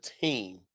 team